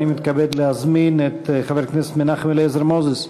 אני מתכבד להזמין את חבר הכנסת מנחם אליעזר מוזס,